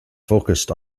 focused